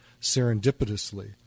serendipitously